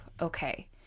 okay